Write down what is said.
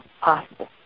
possible